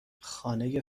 خانه